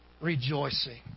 rejoicing